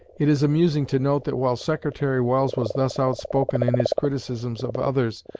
it is amusing to note that while secretary welles was thus outspoken in his criticisms of others,